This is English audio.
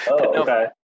okay